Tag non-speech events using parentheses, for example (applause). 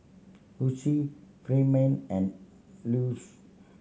Lucio Ferdinand and (unintelligible)